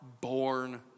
born